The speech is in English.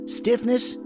stiffness